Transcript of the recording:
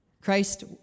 Christ